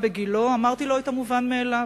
אמרתי לו את המובן מאליו,